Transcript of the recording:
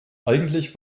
eigentlich